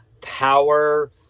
power